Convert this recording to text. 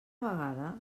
vegada